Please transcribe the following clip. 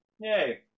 Yay